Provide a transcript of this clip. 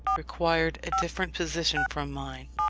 required a different position from mine.